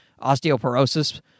osteoporosis